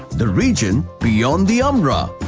the region beyond the umbra.